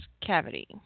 cavity